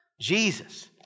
Jesus